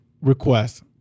request